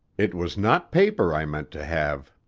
it was not paper i meant to have